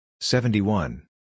Seventy-one